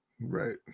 Right